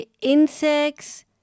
insects